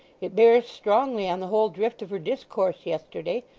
it bears strongly on the whole drift of her discourse yesterday,